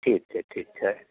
ठीक छै ठिक छै